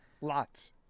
Lots